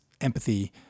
empathy